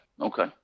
Okay